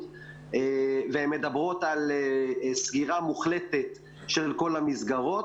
והן מדברות על סגירה מוחלטת של כל המסגרות,